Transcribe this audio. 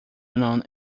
known